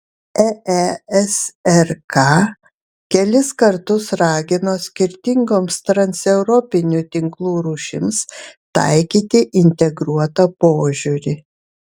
eesrk kelis kartus ragino skirtingoms transeuropinių tinklų rūšims taikyti integruotą požiūrį